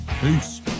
Peace